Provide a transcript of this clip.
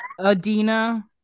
Adina